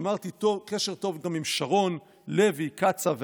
שמרתי קשר טוב גם עם שרון, לוי, קצב ואנשיהם.